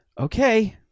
okay